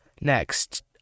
next